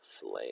flame